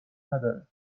نداره